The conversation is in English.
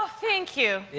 ah thank you.